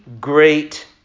great